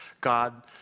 God